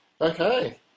Okay